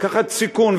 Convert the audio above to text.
לקחת סיכון,